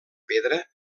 pedra